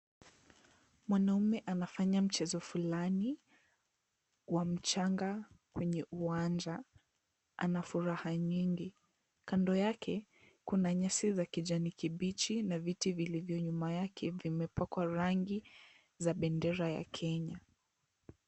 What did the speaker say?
Mwanaume anafanya mchezo fulani wa mchanga kwenye uwanja. Anafuraha nyingi. Kando yake, kuna nyasi za kijani kibichi na viti vilivyo nyuma yake vimepakwa rangi za bendera ya Kenya.